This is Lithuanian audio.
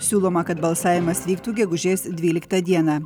siūloma kad balsavimas vyktų gegužės dvyliktą dieną